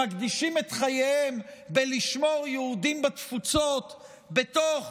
שמקדישים את חייהם כדי לשמור יהודים בתפוצות בתוך